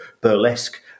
burlesque